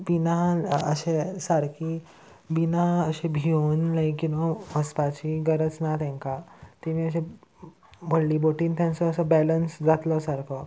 भिना अशें सारकी भिना अशें भियेवून लायक यू नो वचपाची गरज ना तेंकां तेमी अशे व्हडली बोटीन तेंचो असो बॅलन्स जातलो सारको